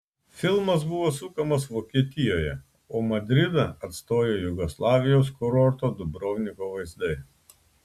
filmas buvo sukamas vokietijoje o madridą atstojo jugoslavijos kurorto dubrovniko vaizdai